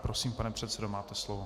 Prosím, pane předsedo, máte slovo.